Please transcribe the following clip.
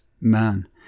man